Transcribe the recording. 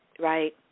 right